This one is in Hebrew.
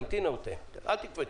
תמתינו, אל תקפצו.